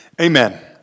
Amen